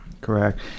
Correct